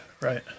right